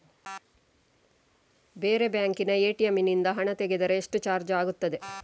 ಬೇರೆ ಬ್ಯಾಂಕಿನ ಎ.ಟಿ.ಎಂ ನಿಂದ ಹಣ ತೆಗೆದರೆ ಎಷ್ಟು ಚಾರ್ಜ್ ಆಗುತ್ತದೆ?